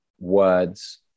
words